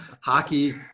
hockey